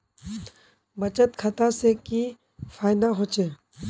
बचत खाता से की फायदा होचे?